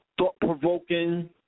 thought-provoking